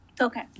Okay